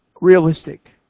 realistic